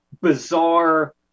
bizarre